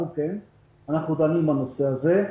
אנחנו דנים בנושא הזה.